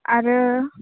आरो